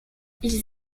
ils